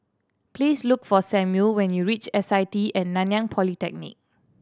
please look for Samual when you reach S I T At Nanyang Polytechnic